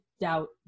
doubt